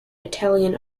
italian